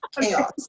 chaos